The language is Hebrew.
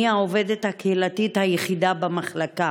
אני העובדת הקהילתית היחידה במחלקה.